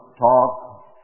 talk